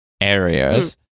areas